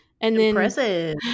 Impressive